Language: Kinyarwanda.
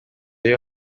iyo